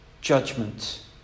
judgment